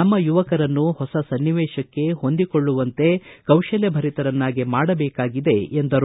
ನಮ್ಮ ಯುವಕರನ್ನು ಹೊಸ ಸನ್ನಿವೇಶಕ್ಕೆ ಹೊಂದಿಕೊಳ್ಳುವಂತೆ ಕೌಶಲ್ಲಭರಿತರನ್ನಾಗಿ ಮಾಡಬೇಕಾಗಿದೆ ಎಂದರು